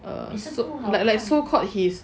err so like like so called his